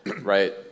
Right